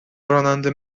راننده